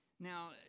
Now